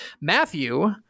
matthew